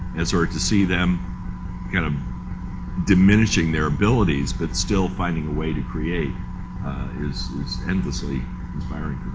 and so to see them kind of diminishing their abilities but still finding a way to create is is endlessly inspiring